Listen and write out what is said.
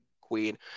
Queen